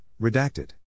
redacted